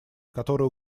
которое